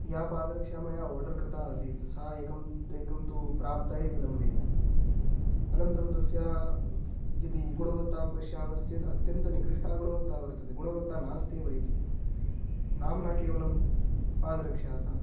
या पादरक्षा मया आर्डर् कृता आसीत् सा एकं एकं तु प्राप्ताय विलम्बेन अनन्तरं तस्याः यदि गुणवत्तां पश्यामश्चेत् अत्यन्तनिकृष्टा गुणवत्ता वर्तते गुणवत्ता नास्त्येव इति नाम न केवलं पादरक्षा सा